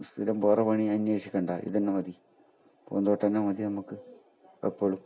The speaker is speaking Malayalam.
സ്ഥിരം വേറെ പണി അന്വേഷിക്കേണ്ട ഇത് തന്നെ മതി പൂന്തോട്ടം തന്നെ മതി നമുക്ക് എപ്പോഴും